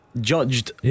Judged